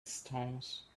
stones